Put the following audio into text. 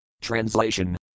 Translation